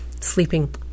sleeping